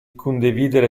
condividere